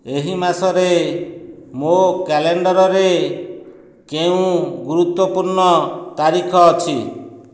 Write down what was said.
ଏହି ମାସରେ ମୋ' କ୍ୟାଲେଣ୍ଡରରେ କେଉଁ ଗୁରୁତ୍ୱପୂର୍ଣ୍ଣ ତାରିଖ ଅଛି